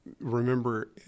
remember